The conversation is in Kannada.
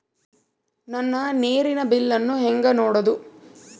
ನನ್ನ ನೇರಿನ ಬಿಲ್ಲನ್ನು ಹೆಂಗ ನೋಡದು?